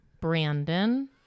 Brandon